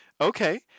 Okay